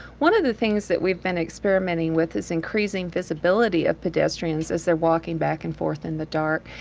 one of the things that we've been experimenting with is increasing visibility of pedestrians as they're walking back and forth in the dark.